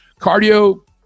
Cardio